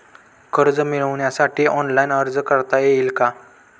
कर्ज मिळविण्यासाठी ऑनलाइन अर्ज करता येईल का?